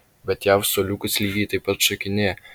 bet jav suoliukas lygiai taip pat šokinėja